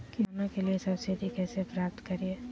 किसानों के लिए सब्सिडी कैसे प्राप्त करिये?